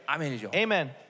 Amen